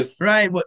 Right